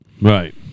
right